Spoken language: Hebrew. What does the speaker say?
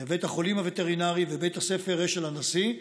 בית החולים הווטרינרי ובית הספר אשל הנשיא,